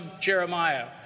Jeremiah